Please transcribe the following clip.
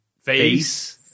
face